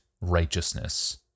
righteousness